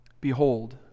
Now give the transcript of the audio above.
Behold